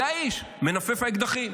זה האיש, מנופף האקדחים.